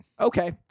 Okay